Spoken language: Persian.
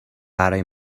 برای